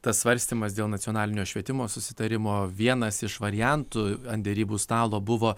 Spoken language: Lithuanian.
tas svarstymas dėl nacionalinio švietimo susitarimo vienas iš variantų ant derybų stalo buvo